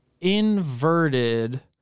inverted